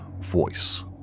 voice